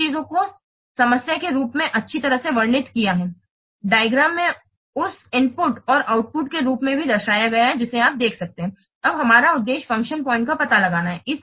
उन चीजों को समस्या के रूप में अच्छी तरह से वर्णित किया है आरेख में उस इनपुट और आउटपुट के रूप में भी दर्शाया गया है जिसे आप देख सकते हैं अब हमारा उद्देश्य फ़ंक्शन पॉइंट का पता लगाना है